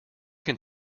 can